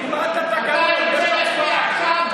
תלמד את התקנון, יש הצבעה.